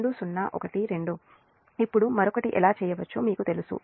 ఇప్పుడు మరొకటి ఎలా చేయవచ్చో మీకు తెలుసు